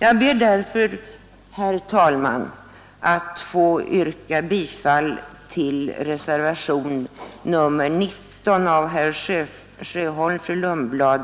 Jag ber därför, herr talman, att få yrka bifall till reservationen 19 av herr Sjöholm, fru Lundblad